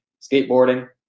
skateboarding